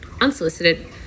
unsolicited